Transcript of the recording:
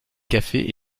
cafés